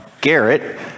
Garrett